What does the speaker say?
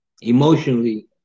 emotionally